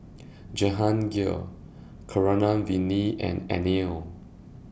Jehangirr Keeravani and Anil